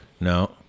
No